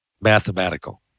mathematical